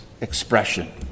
expression